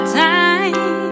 time